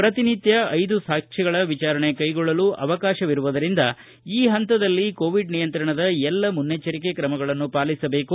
ಪ್ರತಿನಿತ್ಯ ಐದು ಜನ ಸಾಕ್ಷಿಗಳ ವಿಚಾರಣೆ ಕೈಗೊಳ್ಳಲು ಅವಕಾತವಿರುವುದರಿಂದ ಈ ಹಂತದಲ್ಲಿ ಕೋವಿಡ್ ನಿಯಂತ್ರಣದ ಎಲ್ಲ ಮುನ್ನೆಜ್ವರಿಕೆ ಕ್ರಮಗಳನ್ನು ಪಾಲಿಸಬೇಕು